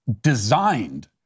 designed